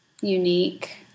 unique